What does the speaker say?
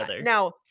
now